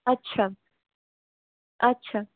আচ্ছা আচ্ছা